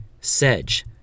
sedge